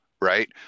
right